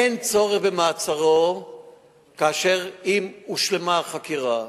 אין צורך במעצרו אם הושלמה החקירה,